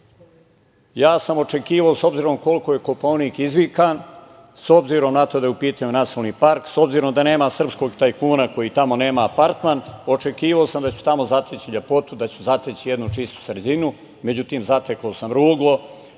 dolina. Očekivao sam, s obzirom koliko je Kopaonik izvikan, s obzirom na to da je u pitanju nacionalni park, s obzirom da nema srpskog tajkuna koji tamo nema apartman, očekivao sam da ću tamo zateći lepotu, da ću zateći jednu čistu sredinu. Međutim, zatekao sam ruglo,